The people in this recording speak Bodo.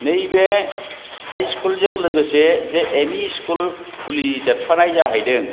नैबे हाइ स्कुलजों लोगोसे जे एमइ स्कुल खुलिदेरफानाय जाहैदों